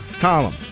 column